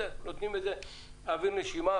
נותנים אוויר לנשימה.